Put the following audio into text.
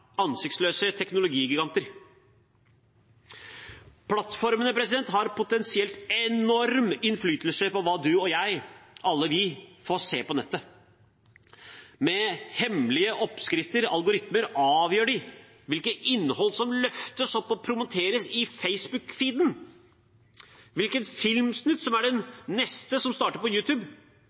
ansiktsløse teknologiganter. Plattformene har potensielt enorm innflytelse på hva du og jeg – ja, alle – får se på nettet. Med hemmelige oppskrifter – algoritmer – avgjør de hvilket innhold som løftes opp og promoteres i Facebook-feeden, hvilken filmsnutt som er den neste som starter på